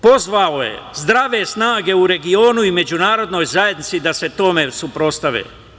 Pozvao je zdrave snage u regionu i međunarodnoj zajednici da se tome suprotstave.